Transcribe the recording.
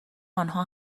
آنها